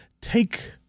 take